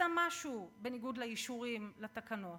עשתה משהו בניגוד לאישורים, לתקנות.